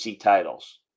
titles